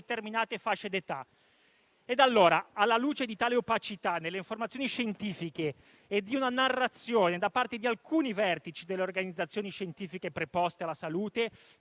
determinate fasce d'età. Alla luce di tale opacità delle informazioni scientifiche e di una narrazione da parte di alcuni vertici delle organizzazioni scientifiche preposte alla salute